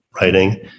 writing